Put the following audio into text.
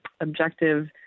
objective